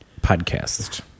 podcast